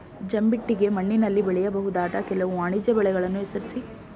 ಜಂಬಿಟ್ಟಿಗೆ ಮಣ್ಣಿನಲ್ಲಿ ಬೆಳೆಯಬಹುದಾದ ಕೆಲವು ವಾಣಿಜ್ಯ ಬೆಳೆಗಳನ್ನು ಹೆಸರಿಸಿ?